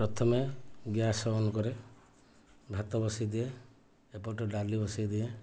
ପ୍ରଥମେ gas on କରେ ଭାତ ବସାଇ ଦିଏ ଏପଟେ ଡାଲି ବସାଇ ଦିଏ